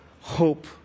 hope